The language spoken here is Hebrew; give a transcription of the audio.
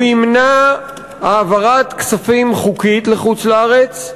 הוא ימנע העברת כספים חוקית לחוץ-לארץ,